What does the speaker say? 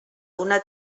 una